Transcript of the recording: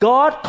God